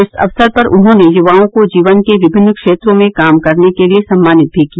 इस अवसर पर उन्होंने युवाओं को जीवन के विभिन्न क्षेत्रों में काम करने के लिये सम्मानित भी किया